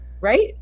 right